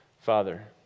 Father